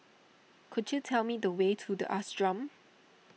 could you tell me the way to the Ashram